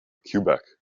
quebec